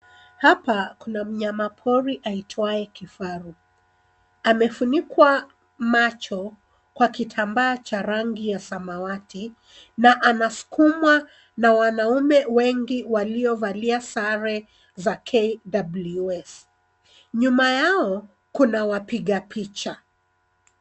Hapa kuna mnyamapori aitwaye kifaru, amefunikwa macho kwa kitambaa cha rangi ya samawati, na anasukumwa na wanaume wengi waliovalia sare za KWS. Nyuma yao, kuna wapiga picha.